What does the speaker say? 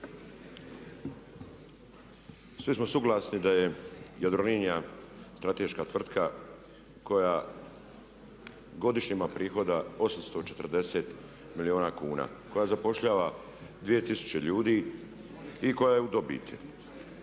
Svi smo suglasni da je Jadrolinija strateška tvrtka koja godišnje ima prihoda 840 milijuna kuna, koja zapošljava 2000 ljudi i koja je u dobiti.